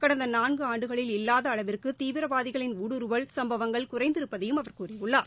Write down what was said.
கடந்த நான்கு ஆண்டுகளில் இல்லாத அளவிற்கு தீவிரவாதிகளின் ஊடுருவல் சும்பவங்கள் குறைந்திருப்பதாகவும் அவர் கூறியுள்ளார்